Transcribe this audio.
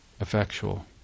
effectual